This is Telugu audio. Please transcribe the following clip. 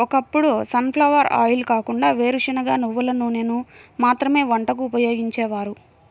ఒకప్పుడు సన్ ఫ్లవర్ ఆయిల్ కాకుండా వేరుశనగ, నువ్వుల నూనెను మాత్రమే వంటకు ఉపయోగించేవారు